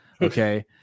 Okay